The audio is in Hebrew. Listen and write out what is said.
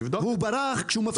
והוא ברח כשהוא מפסיד.